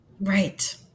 Right